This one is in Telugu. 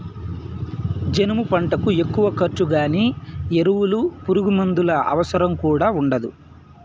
జనుము పంటకు ఎక్కువ ఖర్చు గానీ ఎరువులు పురుగుమందుల అవసరం కూడా ఉండదు